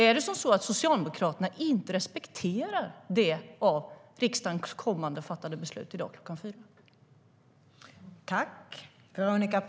Respekterar inte Socialdemokraterna det beslut som riksdagen kommer att fatta i dag klockan fyra?